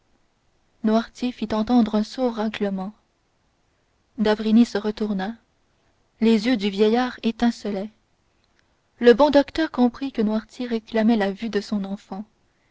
noirtier fit entendre un sourd râlement d'avrigny se retourna les yeux du vieillard étincelaient le bon docteur comprit que noirtier réclamait la vue de son enfant